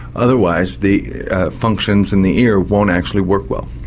otherwise the functions in the ear won't actually work well.